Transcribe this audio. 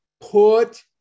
put